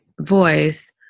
voice